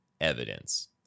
evidence